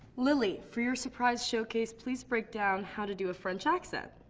lily. for your surprise showcase, please break down how to do a french accent.